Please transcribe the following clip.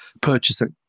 purchasing